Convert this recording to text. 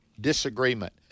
disagreement